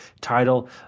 title